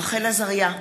רחל עזריה,